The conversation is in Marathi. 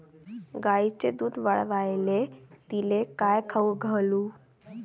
गायीचं दुध वाढवायले तिले काय खाऊ घालू?